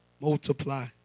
Multiply